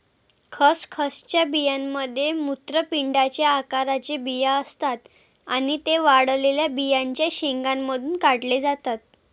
खसखसच्या बियांमध्ये मूत्रपिंडाच्या आकाराचे बिया असतात आणि ते वाळलेल्या बियांच्या शेंगांमधून काढले जातात